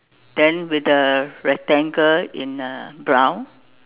then with the rectangle in uh brown